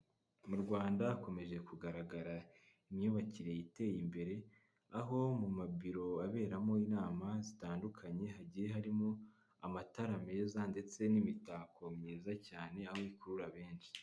Mu Rwanda hakomeje kugaragara imyubakire iteye imbere, aho mu mabiro aberamo inama zitandukanye hagiye harimo amatara meza ndetse n'imitako myiza cyane, aho ikurura benshi.